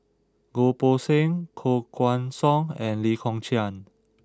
Goh Poh Seng Koh Guan Song and Lee Kong Chian